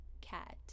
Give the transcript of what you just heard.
cat